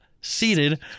seated